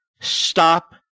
stop